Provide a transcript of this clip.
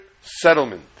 settlement